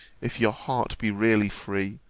if your heart be really free,